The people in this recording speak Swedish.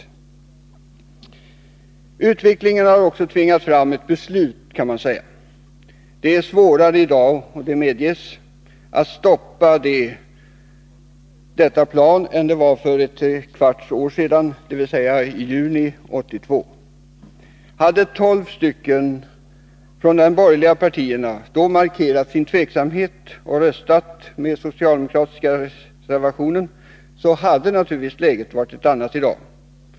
Man kan också säga att utvecklingen har tvingat fram ett beslut. Det är svårare i dag — det medges — att stoppa detta plan än det var för tre kvarts år sedan, dvs. i juni 1982. Hade tolv ledamöter från de borgerliga partierna då markerat sin tveksamhet och röstat med den socialdemokratiska reservationen, hade naturligtvis läget varit ett annat i dag.